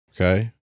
okay